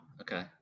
Okay